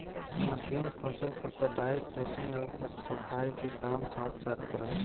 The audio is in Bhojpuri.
मशीन फसल क कटाई, थ्रेशिंग आउर सफाई के काम साथ साथ करलन